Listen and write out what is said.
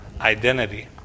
identity